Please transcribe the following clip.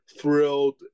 thrilled